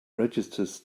registers